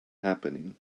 happening